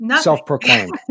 Self-proclaimed